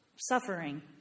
suffering